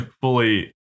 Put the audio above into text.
Fully